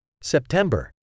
September